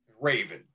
Raven